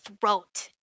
throat